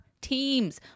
teams